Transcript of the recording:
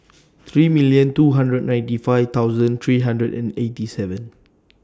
three million two hundred ninety five thousand three hundred and eighty seven